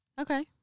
Okay